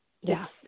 Yes